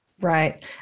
Right